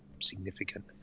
significant